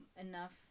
enough